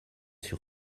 sur